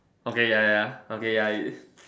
okay ya ya ya okay ya it is